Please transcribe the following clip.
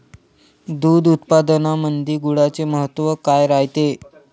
दूध उत्पादनामंदी गुळाचे महत्व काय रायते?